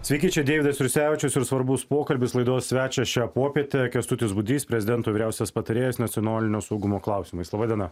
sveiki čia deividas jursevičius ir svarbus pokalbis laidos svečias šią popietę kęstutis budrys prezidento vyriausias patarėjas nacionalinio saugumo klausimais laba diena